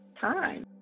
time